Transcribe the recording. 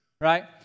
right